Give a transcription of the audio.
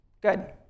Good